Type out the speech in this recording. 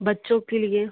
बच्चों के लिए